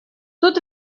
тут